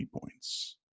points